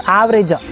average